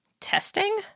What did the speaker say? Testing